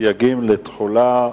סייגים לתחולה),